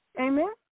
Amen